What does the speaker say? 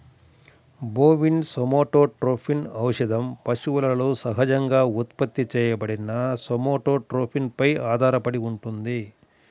bovine somatotropin ఔషధం పశువులలో సహజంగా ఉత్పత్తి చేయబడిన సోమాటోట్రోపిన్ పై ఆధారపడి ఉంటుంది